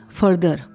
further